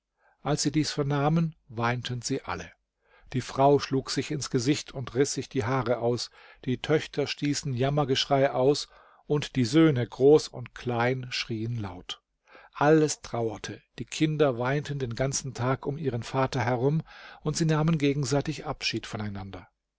als sie dies vernahmen weinten sie alle die frau schlug sich ins gesicht und riß sich die haare aus die töchter stießen jammergeschrei aus und die söhne groß und klein schrieen laut alles trauerte die kinder weinten den ganzen tag um ihren vater herum und sie nahmen gegenseitig abschied voneinander